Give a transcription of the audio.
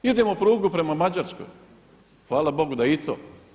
Idemo prugu prema Mađarskoj, hvala Bogu da je i to.